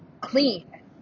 clean